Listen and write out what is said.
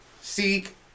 seek